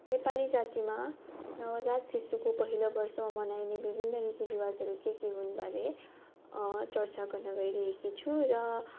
नेपाली जातिमा नवजात शिशुको पहिलो वर्षमा मनाइने विभिन्न रिती रिवाजहरू के के हुन भने चर्चा गर्न गइरहेकी छु र